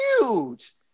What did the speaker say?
huge